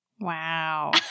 Wow